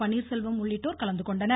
பன்னீர்செல்வம் உள்ளிட்டோர் கலந்துகொண்டனர்